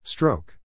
Stroke